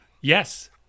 Yes